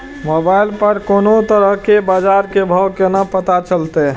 Mobile पर कोनो तरह के बाजार के भाव केना पता चलते?